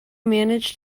manage